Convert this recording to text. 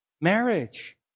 marriage